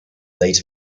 later